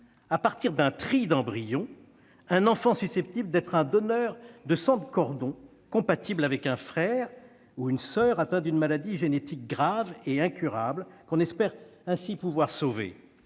à partir d'un tri d'embryons, un enfant susceptible d'être un donneur de sang de cordon compatible avec un frère ou une soeur atteint d'une maladie génétique grave et incurable, qu'on espère ainsi pouvoir sauver.